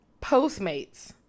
Postmates